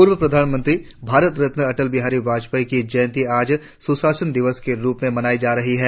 पूर्व प्रधानमंत्री भारत रत्न अटल बिहारी वाजपेयी की जयंती आज सुशासन दिवस के रुप में मनाई जा रही है